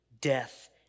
death